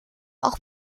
auch